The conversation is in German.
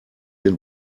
den